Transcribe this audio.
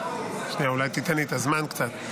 שנייה, אולי תיתן לי את הזמן קצת.